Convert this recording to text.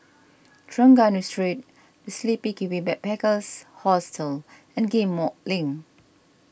Trengganu Street the Sleepy Kiwi Backpackers Hostel and Ghim Moh Link